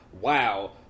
wow